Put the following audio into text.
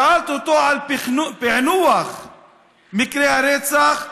שאלתי אותו על פיענוח מקרי הרצח,